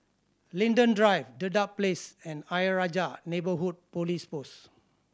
Linden Drive Dedap Place and Ayer Rajah Neighbourhood Police Post